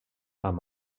amb